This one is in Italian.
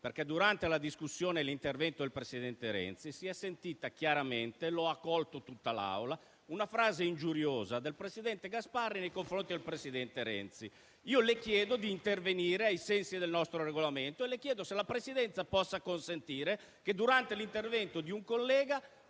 è grave. Durante l'intervento del presidente Renzi si è sentita chiaramente - lo ha colto tutta l'Assemblea - una frase ingiuriosa del presidente Gasparri nei confronti del presidente Renzi. Le chiedo di intervenire ai sensi del nostro Regolamento e le domando se la Presidenza possa consentire che, durante l'intervento di un collega,